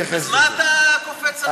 מה אתה קופץ על שטויות?